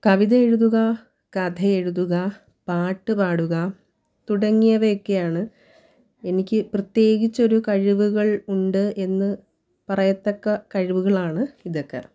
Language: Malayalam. കവിത എഴുതുക കഥ എഴുതുക പാട്ട് പാടുക തുടങ്ങിയവയൊക്കെയാണ് എനിക്ക് പ്രത്യേകിച്ച് ഒരു കഴിവുകൾ ഉണ്ട് എന്ന് പറയത്തക്ക കഴിവുകളാണ് ഇതൊക്കെ